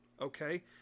Okay